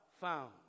found